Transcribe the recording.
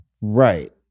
Right